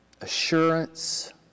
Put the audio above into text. assurance